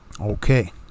Okay